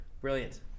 Brilliant